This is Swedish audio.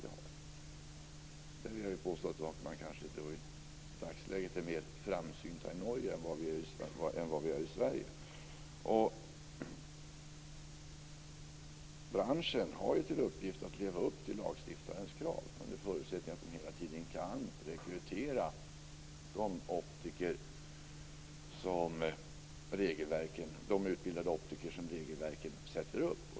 Jag vill påstå att man i Norge i dagsläget är mer framsynt än vad vi är i Sverige. Branschen har till uppgift att leva upp till lagstiftarens krav under förutsättning att de hela tiden kan rekrytera det antal utbildade optiker som regelverken sätter upp.